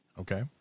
Okay